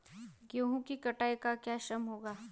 गेहूँ की कटाई का क्या श्रम होगा?